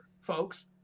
folks